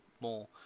more